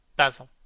basil,